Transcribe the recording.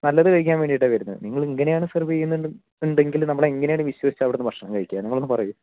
നല്ലത് കഴിക്കാൻ വേണ്ടിയിട്ടുമാണ് വരുന്നത് നിങ്ങൾ ഇങ്ങനെയാണ് സർവ് ചെയ്യുന്നുണ്ട് ഉണ്ടെങ്കിൽ നമ്മൾ എങ്ങനെയാണ് വിശ്വസിച്ച് അവിടന്ന് ഭക്ഷണം കഴിക്കുക നിങ്ങളൊന്ന് പറയു